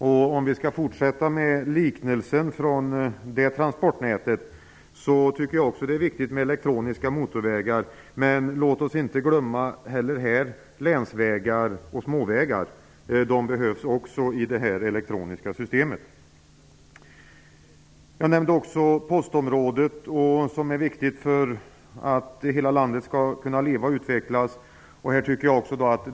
Skall vi fortsätta med liknelser från det transportnätet, tycker också jag det är viktigt med elektroniska motorvägar, men låt oss inte heller här glömma länsvägar och småvägar. Också de behövs i detta elektroniska system. Jag nämnde också postområdet, som är viktigt för att hela landet skall kunna leva och utvecklas.